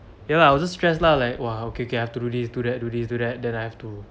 ya lah I will just stress lah like !wah! okay okay I have to do this do that do this do that then I have to